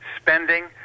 spending